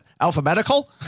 alphabetical